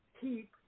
keep